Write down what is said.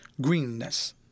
greenness